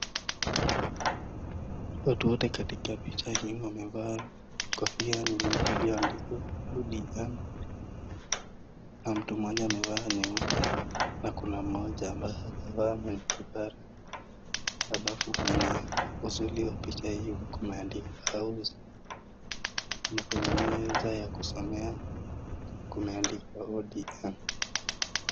Watu wote katika picha hii wamevaa kofia iliyo andikwa ODM na mtu mmoja amevaa nyeupe na kuna mmoja ambaye hajavaa mwenye kipara alafu kwenye usuli wa picha hiyo kumeandikwa house na kuna meza ya kusomea kumeandikwa ODM.